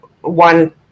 one